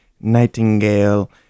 Nightingale